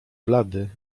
blady